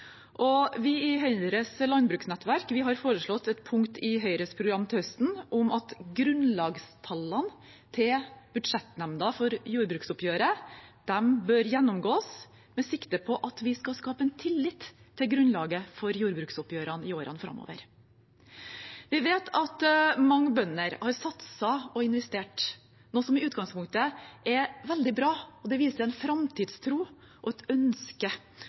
Vi i Høyres landbruksnettverk har foreslått et punkt i Høyres program til høsten om at grunnlagstallene til Budsjettnemnda for jordbruket bør gjennomgås med sikte på at vi skal skape en tillit til grunnlaget for jordbruksoppgjørene i årene framover. Vi vet at mange bønder har satset og investert, noe som i utgangspunktet er veldig bra, og det viser en framtidstro og et ønske